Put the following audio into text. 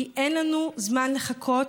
כי אין לנו זמן לחכות.